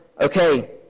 okay